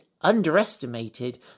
underestimated